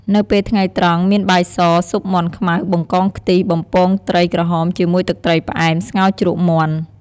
នៅពេលថ្ងៃត្រង់ មានបាយស ស៊ុបមាន់ខ្មៅ បង្កងខ្ទិះ បំពងត្រីក្រហមជាមួយទឹកត្រីផ្អែម ស្ងោរជ្រក់មាន់។